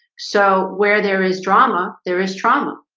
so where there is drama there is trauma